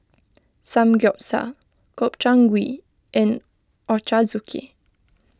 Samgyeopsal Gobchang Gui and Ochazuke